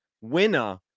winner